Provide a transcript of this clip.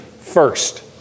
first